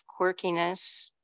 quirkiness